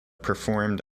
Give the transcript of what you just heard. performed